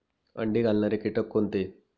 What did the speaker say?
अंडी घालणारे किटक कोणते?